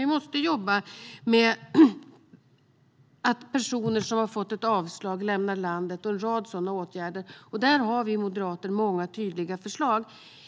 Vi måste jobba med att personer som har fått ett avslag lämnar landet och en rad sådana åtgärder. Där har vi moderater många tydliga förslag.